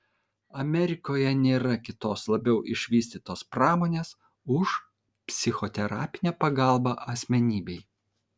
amerikoje nėra kitos labiau išvystytos pramonės už psichoterapinę pagalbą asmenybei